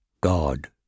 God